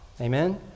Amen